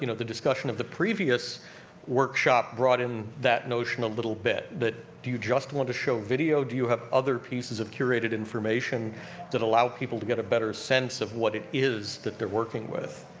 you know the discussion of the previous workshop brought in that notion a little bit, that do you just want to show video, do you have other pieces of curated information that allow people to get a better sense of what it is that they're working with.